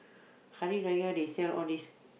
Hari-Raya they sell all these